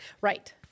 Right